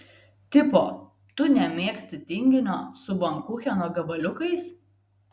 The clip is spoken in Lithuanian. tipo tu nemėgsti tinginio su bankucheno gabaliukais